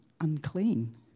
unclean